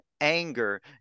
anger